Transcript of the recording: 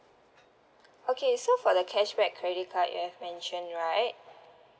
okay so for the cashback credit card you have mention right